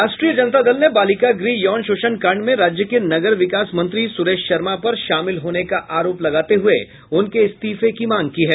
राष्ट्रीय जनता दल ने बालिका गृह यौन शोषण कांड में राज्य के नगर विकास मंत्री सुरेश शर्मा पर शामिल होने का आरोप लगाते हुए उनके इस्तीफे की मांग की है